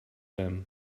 them